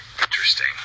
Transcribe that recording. interesting